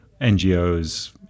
NGOs